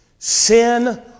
Sin